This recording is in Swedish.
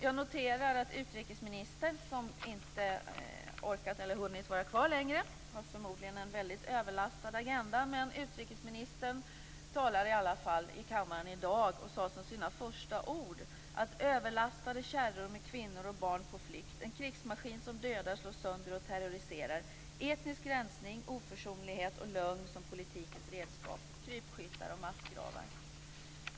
Jag noterade att utrikesministern - som inte orkat eller hunnit vara kvar här längre och som förmodligen har en överbelastad agenda - i dag här i kammaren inledde med att tala om överlastade kärror med kvinnor och barn på flykt, om en krigsmaskin som dödar, slår sönder och terroriserar, om etnisk rensning, om oförsonlighet och lögn som politikens redskap, om krypskyttar och massgravar.